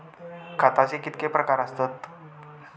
खताचे कितके प्रकार असतत?